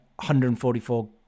144